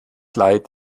leid